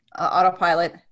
autopilot